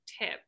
tip